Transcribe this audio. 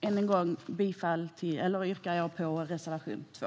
Än en gång yrkar jag på reservation 2.